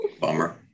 Bummer